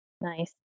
Nice